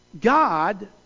God